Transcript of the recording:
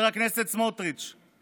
חבר הכנסת סמוטריץ';